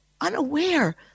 unaware